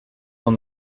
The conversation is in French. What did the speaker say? dans